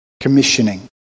Commissioning